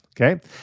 Okay